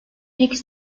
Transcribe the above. ikisi